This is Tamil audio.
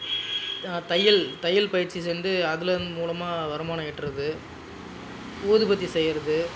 தையல் தையல் பயிற்சி சேர்ந்து அது மூலமாக வருமானம் ஈட்டுவது ஊதுபத்தி செய்வது